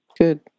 good